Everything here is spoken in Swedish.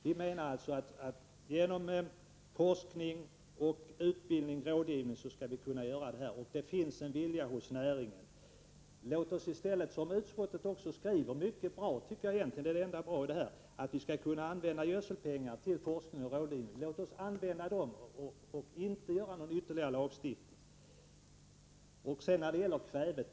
Vi menar således att det genom forskning, utbildning och rådgivning är möjligt att komma till rätta med dessa svårigheter. Dessutom finns det en vilja hos näringen att få en förbättring till stånd. Låt oss i stället följa utskottets förslag — utskottets skrivning på den punkten är egentligen mycket bra, ja, det är faktiskt det bästa som sägs i detta avseende — att använda gödselavgiften till forskning och rådgivning. Låt oss, som sagt, ta de pengarna i anspråk. Vi behöver således inte någon ytterligare lagstiftning. Sedan bara något om kvävet.